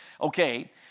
Okay